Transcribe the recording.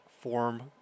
form